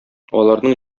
аларның